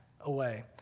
away